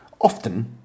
often